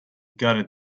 gutted